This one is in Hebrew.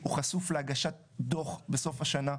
הוא חשוף להגשת דוח בסוף השנה,